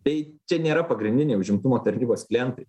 tai čia nėra pagrindiniai užimtumo tarnybos klientai